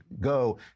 go